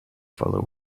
follow